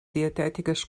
dietètiques